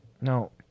No